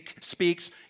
speaks